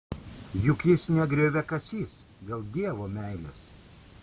juk jis ne grioviakasys dėl dievo meilės